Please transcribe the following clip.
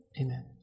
Amen